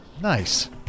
Nice